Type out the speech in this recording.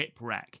Whipwreck